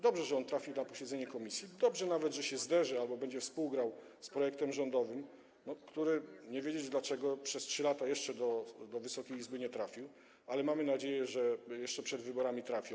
Dobrze, że on trafił na posiedzenie komisji, dobrze nawet, że się zderzy albo będzie współgrał z projektem rządowym, który nie wiedzieć czemu przez 3 lata jeszcze do Wysokiej Izby nie trafił, ale mamy nadzieję, że jeszcze przed wyborami trafi.